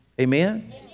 Amen